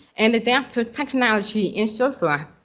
and adaptive technology, and so forth.